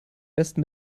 besten